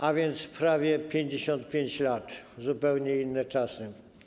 A więc prawie 55 lat, zupełnie inne czasy.